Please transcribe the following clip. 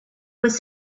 was